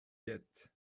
yet